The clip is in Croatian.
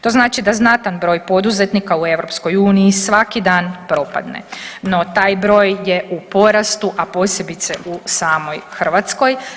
To znači da znatan broj poduzetnika u EU svaki dan propadne, no taj broj je u porastu a posebice u samoj Hrvatskoj.